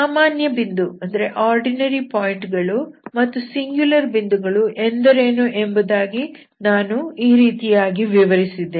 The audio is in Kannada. ಸಾಮಾನ್ಯ ಬಿಂದು ಗಳು ಮತ್ತು ಸಿಂಗ್ಯುಲರ್ ಬಿಂದುಗಳು ಎಂದರೇನು ಎಂಬುದನ್ನು ನಾನು ಈ ರೀತಿಯಾಗಿ ವಿವರಿಸಿದ್ದೇನೆ